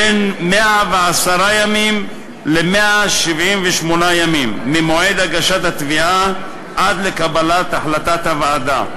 בין 110 ימים ל-178 ימים ממועד הגשת התביעה עד לקבלת החלטת הוועדה.